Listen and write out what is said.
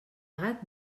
gat